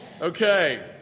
Okay